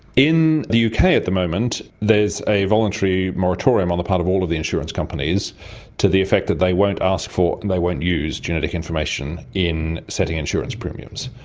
in the uk at the moment there's a voluntary moratorium on the part of all of the insurance companies to the effect that they won't ask for and they won't use genetic information in setting insurance premiums.